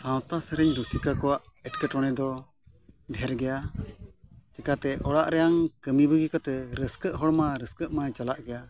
ᱥᱟᱶᱛᱟ ᱥᱮᱨᱮᱧ ᱨᱩᱥᱤᱠᱟ ᱠᱚᱣᱟᱜ ᱮᱴᱠᱮᱴᱚᱬᱮ ᱫᱚ ᱰᱷᱮᱨ ᱜᱮᱭᱟ ᱪᱤᱠᱟᱹᱛᱮ ᱚᱲᱟᱜ ᱨᱮᱭᱟᱜ ᱠᱟᱹᱢᱤ ᱵᱟᱹᱜᱤ ᱠᱟᱛᱮᱫ ᱨᱟᱹᱥᱠᱟᱹᱜ ᱦᱚᱲᱢᱟ ᱨᱟᱹᱥᱠᱟᱹᱜ ᱢᱟᱭ ᱪᱟᱞᱟᱜ ᱜᱮᱭᱟ